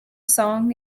song